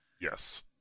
Yes